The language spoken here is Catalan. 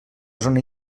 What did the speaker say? zona